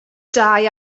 dau